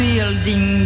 Building